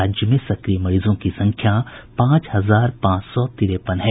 राज्य में सक्रिय मरीजों की संख्या पांच हजार पांच सौ तिरेपन है